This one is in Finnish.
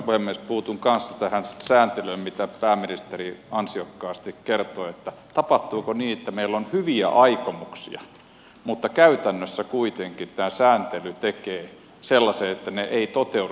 puutun kanssa tähän sääntelyyn mitä pääministeri ansiokkaasti kertoi että tapahtuuko niin että meillä on hyviä aikomuksia mutta käytännössä kuitenkin tämä sääntely tekee sellaisen että ne työpaikat eivät toteudu